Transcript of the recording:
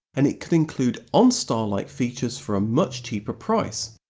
and it could include onstar-like features for a much cheaper price.